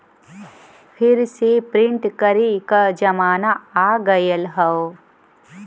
फिर से प्रिंट करे क जमाना आ गयल हौ